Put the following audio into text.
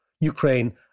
Ukraine